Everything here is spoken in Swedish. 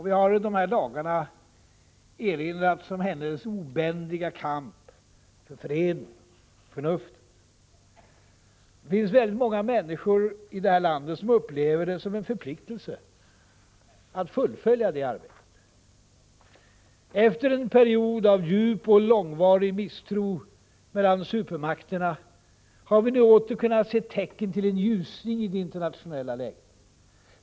Vi har i dessa dagar erinrats om hennes obändiga kamp för freden och förnuftet. Det finns väldigt många människor i detta land som upplever det som en förpliktelse att fullfölja det arbetet. Efter en period av djup och långvarig misstro mellan supermakterna har vi nu åter kunnat se tecken till en ljusning i det internationella läget.